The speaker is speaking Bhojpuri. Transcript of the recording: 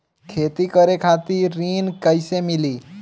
खेती करे खातिर ऋण कइसे मिली?